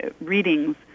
readings